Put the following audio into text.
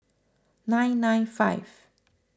nine nine five